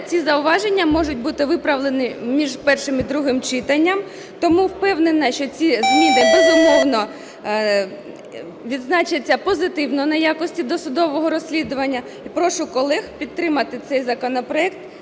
ці зауваження можуть бути виправлені між першим і другим читанням. Тому впевнена, що ці зміни, безумовно, відзначаться позитивно на якості досудового розслідування. І прошу колег підтримати цей законопроект